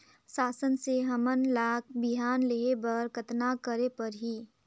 शासन से हमन ला बिहान लेहे बर कतना करे परही?